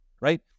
right